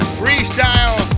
freestyle